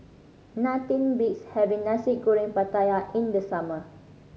nothing beats having Nasi Goreng Pattaya in the summer